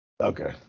Okay